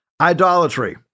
Idolatry